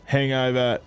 Hangover